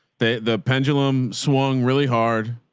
the the pendulum swung really hard.